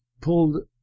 pulled